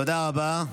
תודה רבה.